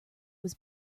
was